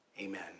Amen